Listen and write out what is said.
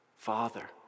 Father